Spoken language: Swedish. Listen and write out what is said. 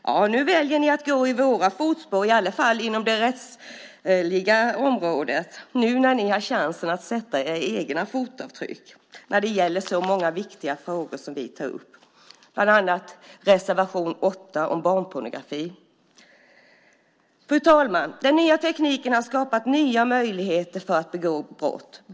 Ja, nu väljer ni att gå i våra fotspår, i varje fall inom det rättsliga området, nu när ni har chansen att sätta era egna fotavtryck när det gäller så många viktiga frågor som vi tar upp. Det gäller bland annat reservation 8 om barnpornografi. Fru talman! Den nya tekniken har skapat nya möjligheter att begå brott.